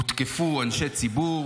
הותקפו אנשי ציבור